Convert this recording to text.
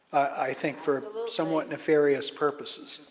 i think, for somewhat nefarious purposes.